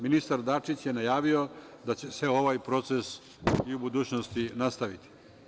Ministar Dačić je najavio da će se ovaj proces i u budućnosti nastaviti.